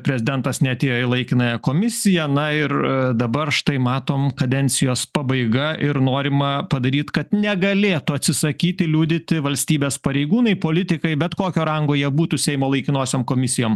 prezidentas neatėjo į laikinąją komisiją na ir dabar štai matom kadencijos pabaiga ir norima padaryt kad negalėtų atsisakyti liudyti valstybės pareigūnai politikai bet kokio rango jie būtų seimo laikinosiom komisijom